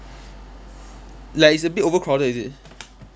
like it's a bit overcrowded is it